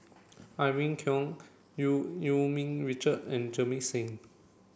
Irene Khong Eu Yee Ming Richard and Jamit Singh